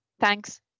thanks